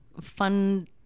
fun